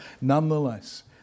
Nonetheless